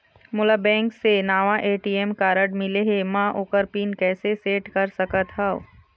मोला बैंक से नावा ए.टी.एम कारड मिले हे, म ओकर पिन कैसे सेट कर सकत हव?